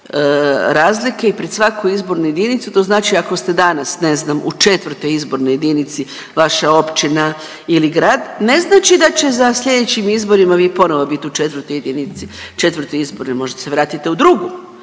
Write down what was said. razlike i pred svaku izbornu jedinicu, to znači ako ste danas ne znam u IV. izbornoj jedinici vaša općina ili grad ne znači da će za slijedećim izborima vi ponovo bit u IV. jedinici, IV. izbornoj, možda se vratite u II.